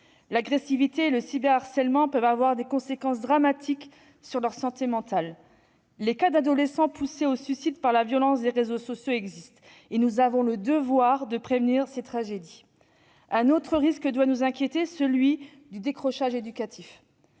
l'agressivité et le cyberharcèlement, qui peuvent avoir des conséquences dramatiques sur leur santé mentale. Des adolescents sont poussés au suicide par la violence des réseaux sociaux. Nous avons le devoir de prévenir ces tragédies. Un autre risque doit nous inquiéter, celui du décrochage éducatif.